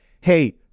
hey